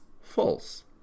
false